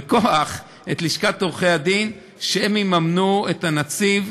בכוח את לשכת עורכי הדין שיממנו את הנציב.